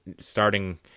starting